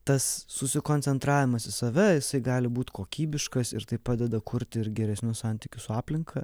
tas susikoncentravimas į save gali būt kokybiškas ir tai padeda kurti ir geresnius santykius su aplinka